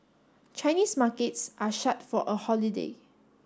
Chinese markets are shut for a holiday